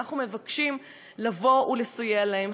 ואנחנו מבקשים לסייע להן.